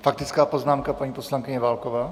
Faktická poznámka, paní poslankyně Válková.